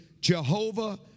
Jehovah